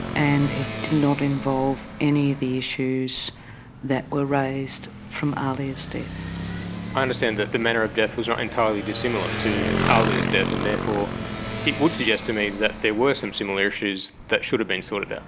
and it did not involve any of the issues that were raised from ahlia's death. i understand that the manner of death was not entirely dissimilar to ahlia's death and therefore it would suggest to me that there were some similar issues that should have been sorted out.